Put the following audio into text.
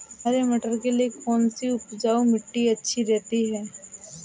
हरे मटर के लिए कौन सी उपजाऊ मिट्टी अच्छी रहती है?